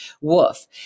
Wolf